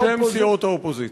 בשם סיעות האופוזיציה.